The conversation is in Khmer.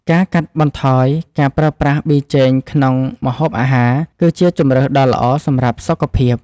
ការកាត់បន្ថយការប្រើប្រាស់ប៊ីចេងក្នុងម្ហូបអាហារ គឺជាជម្រើសដ៏ល្អសម្រាប់សុខភាព។